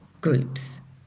groups